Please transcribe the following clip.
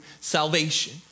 salvation